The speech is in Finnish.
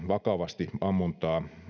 vakavasti ammuntaa